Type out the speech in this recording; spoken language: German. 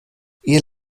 ihr